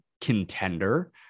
contender